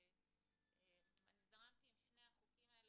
שיהיה כאן, אני זרמתי עם שני החוקים האלה